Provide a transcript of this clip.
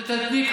התנצלתי.